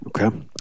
Okay